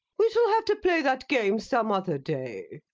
we shall have to play that game some other day.